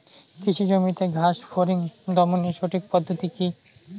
কৃষি জমিতে ঘাস ফরিঙ দমনের সঠিক পদ্ধতি কি?